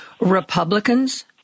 Republicans